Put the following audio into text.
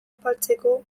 apaltzeko